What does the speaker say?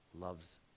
loves